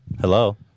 Hello